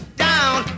down